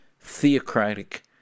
theocratic